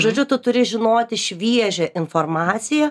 žodžiu tu turi žinoti šviežią informaciją